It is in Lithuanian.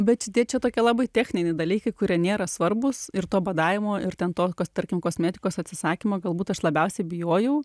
bet šitie čia tokie labai techniniai dalykai kurie nėra svarbūs ir to badavimo ir ten to kas tarkim kosmetikos atsisakymo galbūt aš labiausiai bijojau